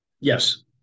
Yes